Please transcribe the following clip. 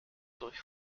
durch